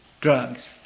drugs